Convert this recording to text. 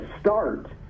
start